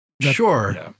Sure